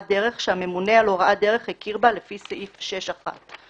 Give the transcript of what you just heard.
דרך שהממונה על הוראת דרך הכיר בה לפי סעיף 6(1);